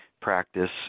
practice